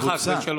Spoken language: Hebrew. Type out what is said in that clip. הוא הורחק.